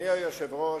אדוני היושב-ראש,